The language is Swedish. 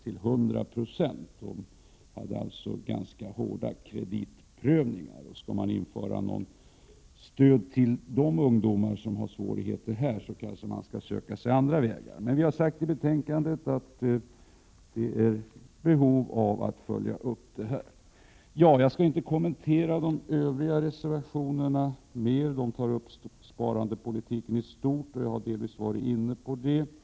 Kreditprövningarna var alltså ganska hårda. Skall man införa stöd för ungdomar med små ekonomiska tillgångar bör man nog söka sig andra vägar. Av betänkandet framgår det att det finns behov av att följa upp denna fråga. Jag skall inte kommentera de övriga reservationerna. De tar upp sparpolitiken i stort. Jag har delvis varit inne på det området.